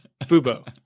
FUBO